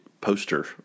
poster